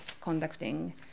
conducting